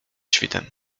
świtem